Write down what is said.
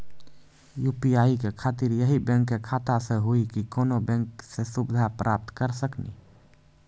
UPI के खातिर यही बैंक के खाता से हुई की कोनो बैंक से सुविधा प्राप्त करऽ सकनी?